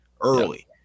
early